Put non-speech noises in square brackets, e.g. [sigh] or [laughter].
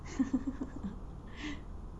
[laughs]